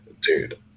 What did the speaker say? dude